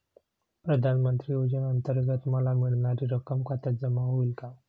प्रधानमंत्री योजनेअंतर्गत मला मिळणारी रक्कम खात्यात जमा होईल का?